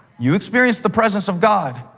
you experienced the presence of god